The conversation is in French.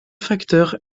facteurs